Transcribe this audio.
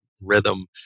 rhythm